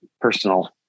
personal